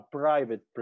private